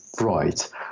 right